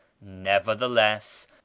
nevertheless